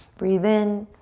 breathe in.